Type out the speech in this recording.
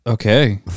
Okay